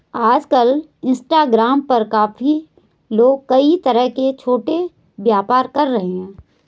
आजकल इंस्टाग्राम पर काफी लोग कई तरह के छोटे व्यापार कर रहे हैं